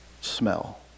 Smell